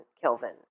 Kelvin